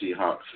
Seahawks